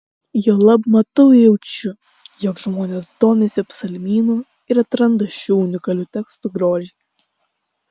juolab matau ir jaučiu jog žmonės domisi psalmynu ir atranda šių unikalių tekstų grožį